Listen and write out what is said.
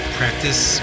practice